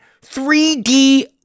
3D